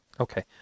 Okay